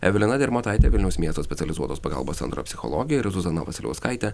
evelina dirmotaitė vilniaus miesto specializuotos pagalbos centro psichologė ir zuzana vasiliauskaitė